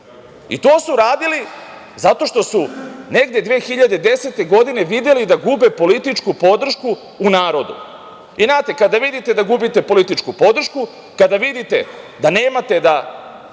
I to su radili zato što su negde 2010. godine videli da gube političku podršku u narodu. Znate, kada vidite da gubite političku podršku, kada vidite da nemate da